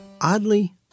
oddly